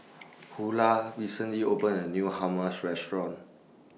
Hulah recently opened A New Hummus Restaurant